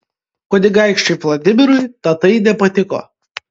kunigaikščiui vladimirui tatai nepatiko